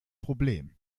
problem